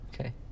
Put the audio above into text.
Okay